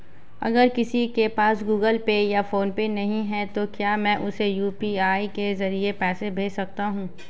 अगर किसी के पास गूगल पे या फोनपे नहीं है तो क्या मैं उसे यू.पी.आई के ज़रिए पैसे भेज सकता हूं?